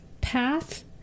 path